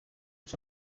uca